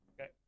Okay